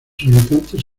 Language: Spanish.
habitantes